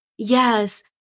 Yes